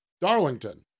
Darlington